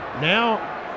Now